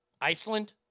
Iceland